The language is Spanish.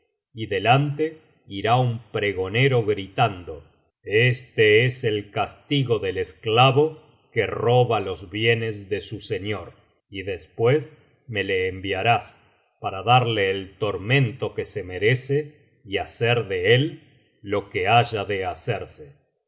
y delante irá un pregonero gritando este es el castigo del esclavo que roba los bienes de su señor y después rae le enviarás para darle el tormento que se merece y hacer de él lo que haya de hacerse